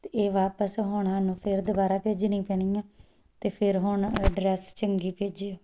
ਅਤੇ ਇਹ ਵਾਪਸ ਹੁਣ ਸਾਨੂੰ ਫਿਰ ਦੁਬਾਰਾ ਭੇਜਣੀ ਪੈਣੀ ਹੈ ਅਤੇ ਫਿਰ ਹੁਣ ਡਰੈੱਸ ਚੰਗੀ ਭੇਜਿਓ